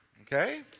Okay